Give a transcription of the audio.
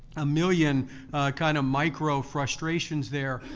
a million kind of micro frustrations there.